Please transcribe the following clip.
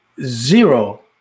Zero